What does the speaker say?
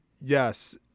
yes